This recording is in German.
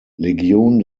legion